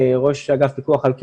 ראש אגף פיקוח על קהילה,